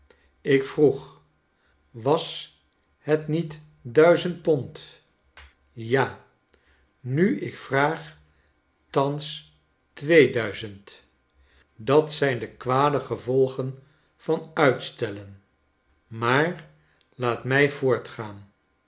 ik vroeg was het niet duizend pond ja nu ik vraag thans twee duizend dat zijn de kwade gevolgen van uitstellen maar laat mij voortgaan